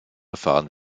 erfahren